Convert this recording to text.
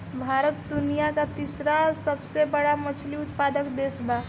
भारत दुनिया का तीसरा सबसे बड़ा मछली उत्पादक देश बा